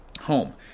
home